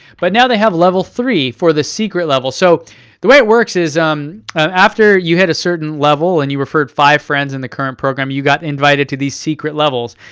but now they have level three for the secret level. so the way it works is um after you hit a certain level and you referred five friends in the current program, you got invited to these secret levels.